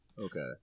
Okay